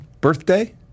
Birthday